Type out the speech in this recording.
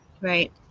Right